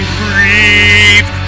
breathe